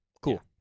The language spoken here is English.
Cool